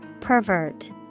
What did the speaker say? Pervert